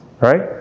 Right